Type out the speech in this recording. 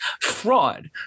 Fraud